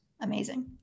amazing